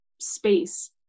space